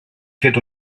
fet